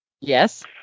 Yes